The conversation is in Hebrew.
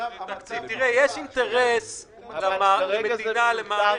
יש אינטרס למדינה, למערכת.